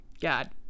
God